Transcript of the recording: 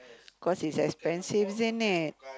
cause it's expensive isn't it